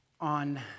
on